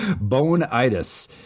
Bone-itis